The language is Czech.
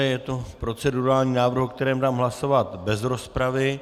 Je to procedurální návrh, o kterém dám hlasovat bez rozpravy.